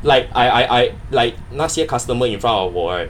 like I I I like 那些 customer in front of 我 right